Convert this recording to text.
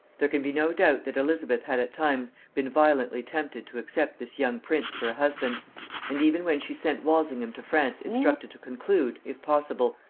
there can be no doubt that elizabeth had at times been violently tempted to accept this young prince for a husband and even when she sent walsingham to france instructed to conclude, if possible,